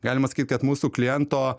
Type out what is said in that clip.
galima sakyt kad mūsų kliento